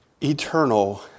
eternal